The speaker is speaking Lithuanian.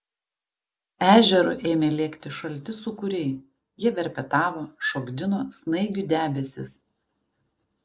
ežeru ėmė lėkti šalti sūkuriai jie verpetavo šokdino snaigių debesis